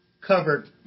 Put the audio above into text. covered